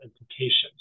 implications